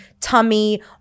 tummy